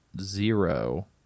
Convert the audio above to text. zero